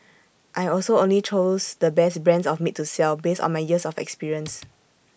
I also only choose the best brands of meat to sell based on my years of experience